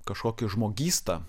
kažkokį žmogystą